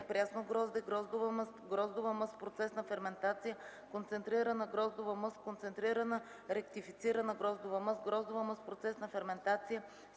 гроздова мъст, гроздова мъст в процес на ферментация, концентрирана гроздова мъст, концентрирана ректифицирана гроздова мъст, гроздова мъст